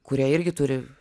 kurie irgi turi